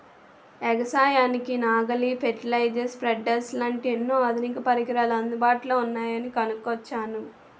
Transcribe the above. ఎగసాయానికి నాగలి, fertiliser, spreaders లాంటి ఎన్నో ఆధునిక పరికరాలు అందుబాటులో ఉన్నాయని కొనుక్కొచ్చాను